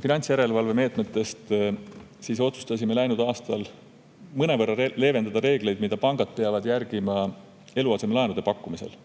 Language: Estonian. finantsjärelevalve meetmetest. Läinud aastal otsustasime mõnevõrra leevendada reegleid, mida pangad peavad järgima eluasemelaenude pakkumisel.